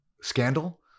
scandal